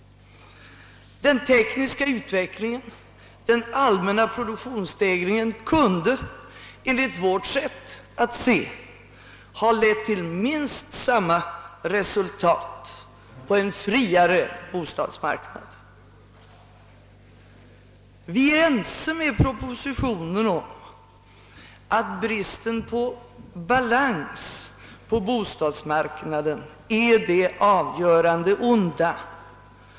Den tekniska utvecklingen och den allmänna produktionsstegringen kunde enligt vårt sätt att se ha lett till minst lika gott resultat på en friare bostadsmarknad. Vi är ense med departementschefen om att bristen på balans på bostadsmarknaden är det avgörande onda.